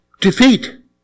defeat